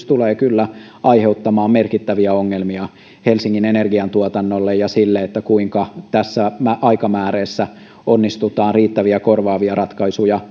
tulee kyllä aiheuttamaan merkittäviä ongelmia helsingin energiantuotannolle ja sille kuinka tässä aikamääreessä onnistutaan riittäviä korvaavia ratkaisuja